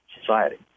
society